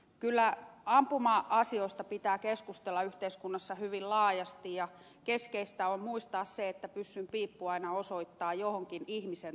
kyllä ampuma asioista pitää keskustella yhteiskunnassa hyvin laajasti ja keskeistä on muistaa se että pyssyn piippu aina osoittaa johonkin ihmisen toimesta